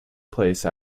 place